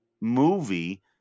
movie